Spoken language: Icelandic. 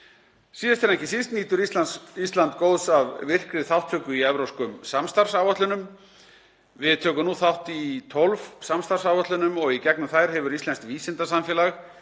Síðast en ekki síst nýtur Ísland góðs af virkri þátttöku í evrópskum samstarfsáætlunum. Við tökum nú þátt í 12 samstarfsáætlunum og í gegnum þær hefur íslenskt vísindasamfélag,